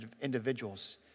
individuals